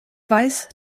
weiß